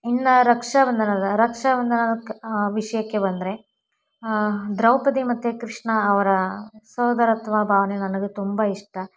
ಇನ್ನು ರಕ್ಷಾಬಂಧನದ ರಕ್ಷಾಬಂಧನಕ್ಕೆ ವಿಷಯಕ್ಕೆ ಬಂದರೆ ದ್ರೌಪದಿ ಮತ್ತು ಕೃಷ್ಣ ಅವರ ಸೋದರತ್ವ ಭಾವನೆ ನನಗೆ ತುಂಬ ಇಷ್ಟ